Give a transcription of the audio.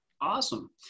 Awesome